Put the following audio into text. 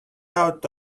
out